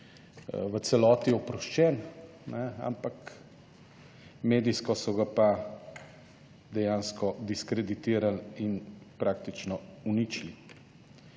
v celoti oproščen, ampak medijsko so ga pa dejansko diskreditirali in praktično uničili.